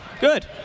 Good